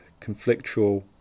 conflictual